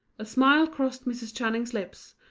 a smile crossed mrs. channing's lips,